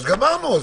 אז גמרנו,